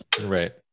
Right